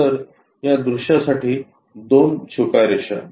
तर या दृश्यासाठी दोन छुप्या रेषा